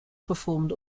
performed